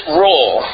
role